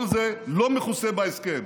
כל זה לא מכוסה בהסכם,